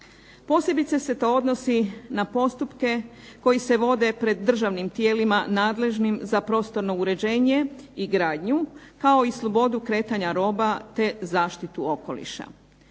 Posebice se to odnosi na postupke koji se vode pred državnim tijelima nadležnim za prostorno uređenje i gradnju kao i slobodu kretanja roba te zaštitu okoliša.